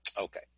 Okay